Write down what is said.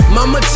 Mama